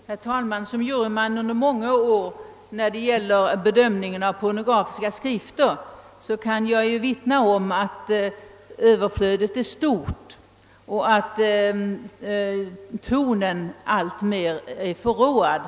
Herr talman! Jag kan som juryledamot sedan många år tillbaka i samband med bedömning av pornografiska skrifter omvittna att överflödet av sådana är stort och att deras ton blir alltmer förråad.